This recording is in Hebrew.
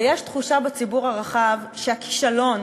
ויש תחושה בציבור הרחב שהכישלון